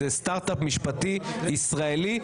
זה סטרט-אפ משפטי ישראלי,